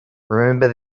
remember